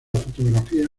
fotografía